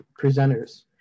presenters